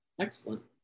excellent